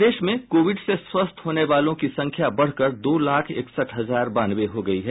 प्रदेश में कोविड से स्वस्थ होने वालों की संख्या बढ़ कर दो लाख इकसठ हजार बानवे हो गयी है